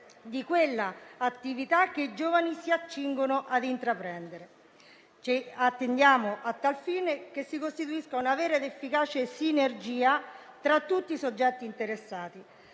di quella attività che i giovani si accingono ad intraprendere. Ci attendiamo, a tal fine, che si costituisca una vera ed efficace sinergia tra tutti i soggetti interessati,